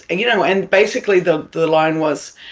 and you know and basically the the line was,